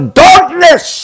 darkness